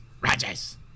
Rodgers